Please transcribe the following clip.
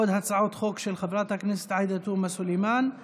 חברי כנסת בעד, 52